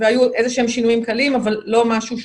היו איזשהם שינויים קלים, אבל לא משהו דרמטי.